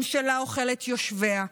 ממשלה אוכלת יושביה,